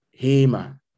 Hema